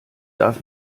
darf